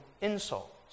insult